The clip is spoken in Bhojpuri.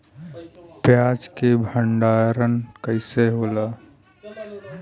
प्याज के भंडारन कइसे होला?